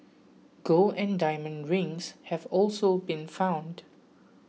gold and diamond rings have also been found